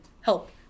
help